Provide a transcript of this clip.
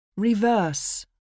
Reverse